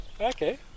Okay